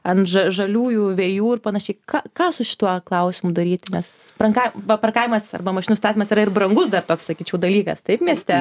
ant ža žaliųjų vejų ir panašiai ką ką su šituo klausimu daryti nes branga ba parkavimas arba mašinų statymas yra ir brangus dar toks sakyčiau dalykas taip mieste